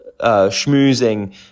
schmoozing